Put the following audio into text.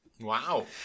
Wow